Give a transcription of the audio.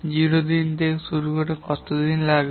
0 দিন থেকে শুরু করে কত দিন লাগে